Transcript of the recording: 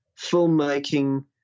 filmmaking